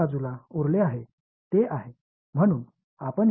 பொதுவான வெளிப்பாடு ரத்து செய்யப்பட்டன